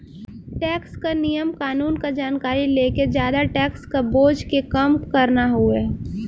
tax क नियम कानून क जानकारी लेके जादा टैक्स क बोझ के कम करना हउवे